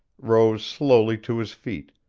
rose slowly to his feet,